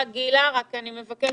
בבקשה, גילה, רק אני מבקשת,